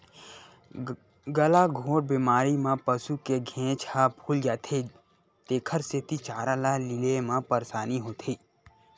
गलाघोंट बेमारी म पसू के घेंच ह फूल जाथे तेखर सेती चारा ल लीले म परसानी होथे